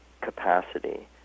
capacity